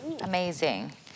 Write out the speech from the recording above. Amazing